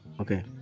okay